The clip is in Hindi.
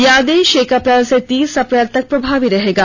यह आदेश एक अप्रैल से तीस अप्रैल तक प्रभावी रहेगा